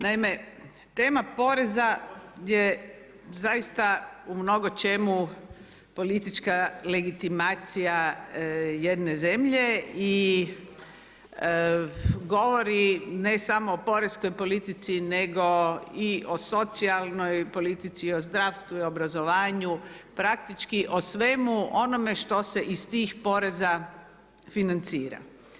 Naime, tema poreza je zaista u mnogočemu politička legitimacija jedne zemlje i govori ne samo o poreskoj politici, nego i o socijalnoj politici i o zdravstvu i o obrazovanju, praktički o svemu onome što se iz tih poreza financira.